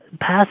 Pass